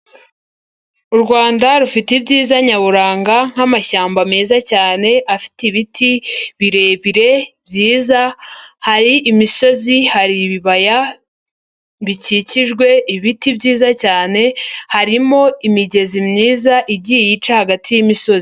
U Rwanda rufite ibyiza nyaburanga nk'amashyamba meza cyane, afite ibiti birebire, byiza, hari imisozi, hari ibibaya, bikikijwe ibiti byiza cyane, harimo imigezi myiza igiye ica hagati y'imisozi.